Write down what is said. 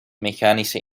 mechanische